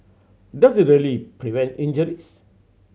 does it really prevent injuries